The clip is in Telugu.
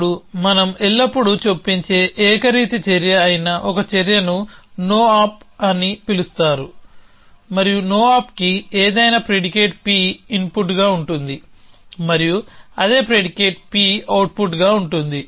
ఇప్పుడు మనం ఎల్లప్పుడూ చొప్పించే ఏకరీతి చర్య అయిన ఒక చర్యను no op అని పిలుస్తారు మరియు no opకి ఏదైనా ప్రిడికేట్ P ఇన్పుట్గా ఉంటుంది మరియు అదే ప్రిడికేట్ P అవుట్పుట్గా ఉంటుంది